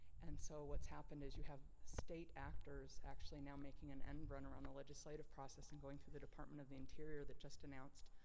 and so what's happened is you have state actors actually now making an end run around the legislative process and going through the department of the interior that just announced,